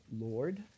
Lord